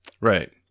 Right